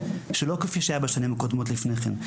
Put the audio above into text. שלא כפי שהיה בשנים הקודמות לפני כן.